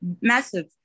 massive